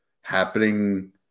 happening